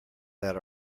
that